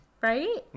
Right